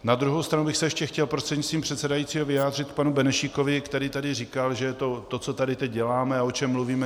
Na druhou stranu bych se ještě chtěl prostřednictvím předsedajícího vyjádřit k panu Benešíkovi, který tady říkal, že to, co tady teď děláme a o čem mluvíme